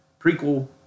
prequel